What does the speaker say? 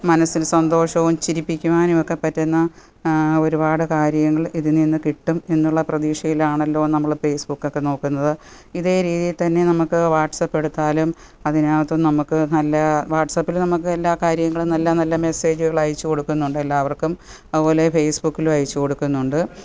മനസ്സിന് സന്തോഷവും ചിരിപ്പിക്കുവാനുമൊക്കെ പറ്റുന്ന ഒരുപാട് കാര്യങ്ങൾ ഇതിൽനിന്ന് കിട്ടും എന്നുള്ള പ്രതീക്ഷയിലാണല്ലോ നമ്മൾ ഫേസ്ബുക്കൊക്കെ നോക്കുന്നത് ഇതേ രീതിയിൽ തന്നെ നമുക്ക് വാട്സപ്പ് എടുത്താലും അതിനകത്തും നമുക്ക് നല്ല വാട്സപ്പിൽ നമുക്ക് എല്ലാ കാര്യങ്ങളും നല്ല നല്ല മെസ്സേജുകളയച്ചു കൊടുക്കുന്നുണ്ട് എല്ലാവർക്കും അതുപോലെ ഫേസ്ബുക്കിലും അയച്ചുകൊടുക്കുന്നുണ്ട്